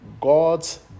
God's